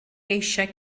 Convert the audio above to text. eisiau